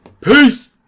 Peace